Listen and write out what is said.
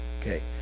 okay